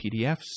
PDFs